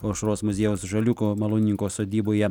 aušros muziejaus žaliūko malūnininko sodyboje